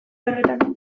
horretan